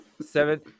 Seven